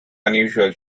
unusual